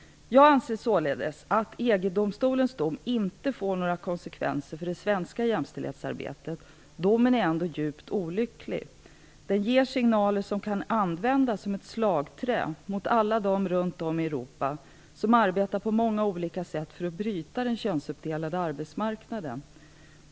Jag anser således att EG-domstolens dom inte får några konsekvenser för det svenska jämställdhetsarbetet. Domen är ändå djupt olycklig. Den ger signaler som kan användas som ett slagträ mot alla dem, runt om i Europa, som arbetar på många olika sätt för att bryta den könsuppdelade arbetsmarknaden.